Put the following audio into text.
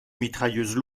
mitrailleuses